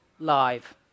live